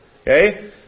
okay